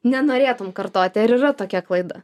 nenorėtum kartoti ar yra tokia klaida